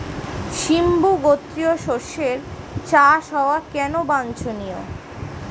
সিম্বু গোত্রীয় শস্যের চাষ হওয়া কেন বাঞ্ছনীয়?